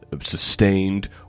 sustained